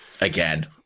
Again